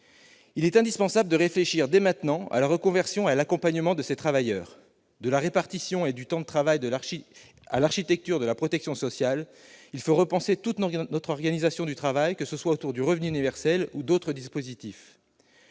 Il est donc indispensable de réfléchir dès maintenant à la reconversion et à l'accompagnement de ces travailleurs. De la répartition et du temps de travail à l'architecture de la protection sociale, il faut repenser toute notre organisation du travail, que ce soit autour du revenu universel ou d'autres dispositifs.